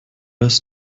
ist